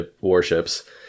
warships